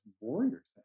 warriors